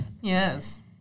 Yes